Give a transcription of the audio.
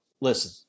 Listen